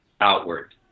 outward